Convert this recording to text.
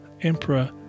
Emperor